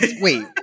Wait